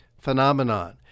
phenomenon